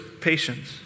patience